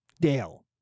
Dale